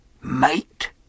Mate